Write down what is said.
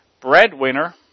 breadwinner